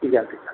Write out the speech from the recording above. কী জানতে চান